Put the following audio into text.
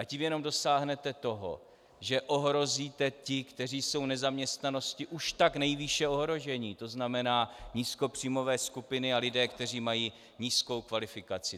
Tím jenom dosáhnete toho, že ohrozíte ty, kteří jsou nezaměstnaností už tak nejvýše ohroženi, to znamená nízkopříjmové skupiny a lidi, kteří mají nízkou kvalifikaci.